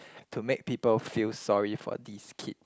to make people feel sorry for these kid